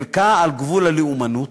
חלקה על גבול הלאומנות,